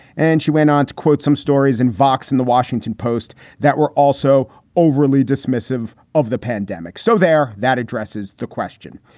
and she went on to quote some stories and vox in the washington post that were also overly dismissive of the pandemic. so there that addresses the question.